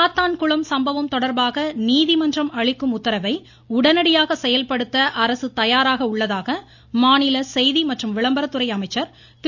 சாத்தான் குளம் சம்பவம் தொடர்பாக நீதிமன்றம் அளிக்கும் உத்தரவை உடனடியாக செயல்படுத்த அரசு தயாராக உள்ளதாக மாநில செய்தி மற்றும் விளம்பரத்துறை அமைச்சர் திரு